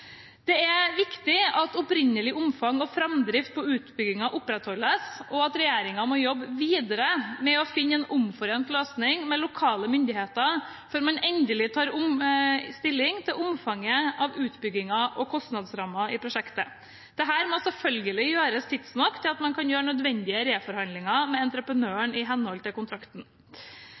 Det er viktig at opprinnelig omfang og framdrift på utbyggingen opprettholdes, og at regjeringen må jobbe videre med å finne en omforent løsning med lokale myndigheter før man endelig tar stilling til omfanget av utbyggingen og kostnadsrammen i prosjektet. Dette må selvfølgelig gjøres tidsnok til at man kan gjøre nødvendige reforhandlinger med entreprenør i henhold til